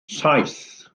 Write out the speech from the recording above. saith